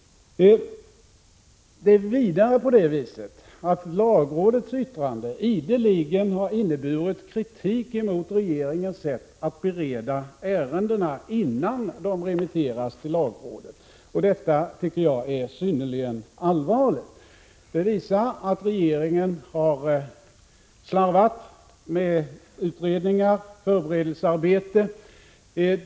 Vidare har lagrådets yttranden ideligen inneburit kritik mot regeringens sätt att bereda ärendena innan de remitterats till lagrådet. Detta tycker jag är synnerligen allvarligt. Det visar att regeringen har slarvat med utredningar och förberedelsearbete.